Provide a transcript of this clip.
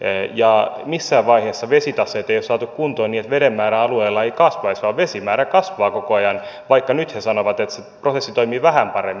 ja missään vaiheessa vesitaseita ei ole saatu kuntoon niin että veden määrä alueella ei kasvaisi vaan vesimäärä kasvaa koko ajan vaikka nyt he sanovat että se prosessi toimii vähän paremmin